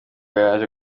baje